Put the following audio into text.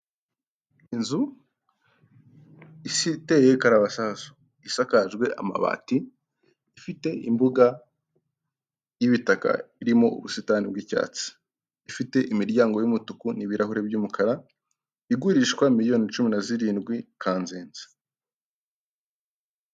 Inzu iteye karabasasu isakajwe amabati ifite imbuga y'ibitaka irimo ubusitani bw'icyatsi, ifite imiryango y'umutuku n'ibirahuri by'umukara igurishwa miliyoni cumi na zirindwi Kanzenze.